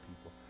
people